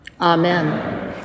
Amen